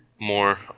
more